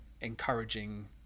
encouraging